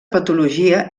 patologia